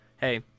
hey